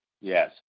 Yes